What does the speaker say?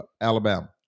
Alabama